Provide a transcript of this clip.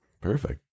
perfect